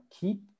keep